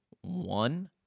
one